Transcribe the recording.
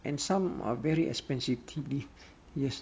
and some are very expensive tea leaf yes